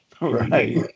Right